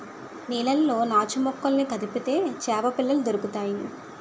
నీళ్లలో నాచుమొక్కలను కదిపితే చేపపిల్లలు దొరుకుతాయి